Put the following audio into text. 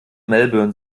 melbourne